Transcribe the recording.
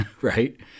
Right